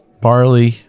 barley